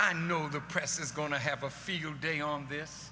i know the press is going to have a field day on this